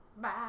Bye